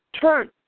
turn